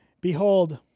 Behold